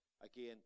again